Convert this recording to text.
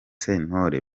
sentore